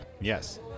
Yes